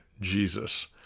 jesus